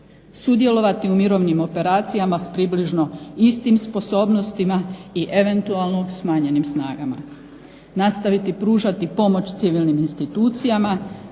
Sudjelovati u mirovnim operacijama s približno istim sposobnostima i eventualno smanjenim snagama. Nastaviti pružati pomoć civilnim institucijama,